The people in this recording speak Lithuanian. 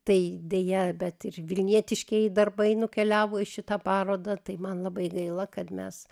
tai deja bet ir vilnietiškieji darbai nukeliavo į šitą parodą tai man labai gaila kad mes